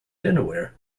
dinnerware